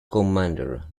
commander